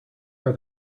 are